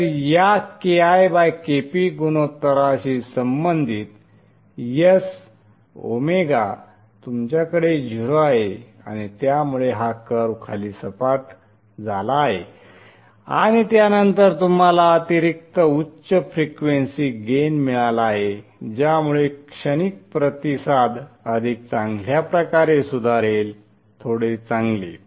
तर या KiKp गुणोत्तराशी संबंधित s ω तुमच्याकडे 0 आहे आणि त्यामुळे हा कर्व खाली सपाट झाला आहे आणि त्यानंतर तुम्हाला अतिरिक्त उच्च फ्रिक्वेसी गेन मिळाला आहे ज्यामुळे क्षणिक प्रतिसाद अधिक चांगल्या प्रकारे सुधारेल थोडे चांगले